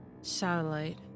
satellite